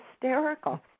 hysterical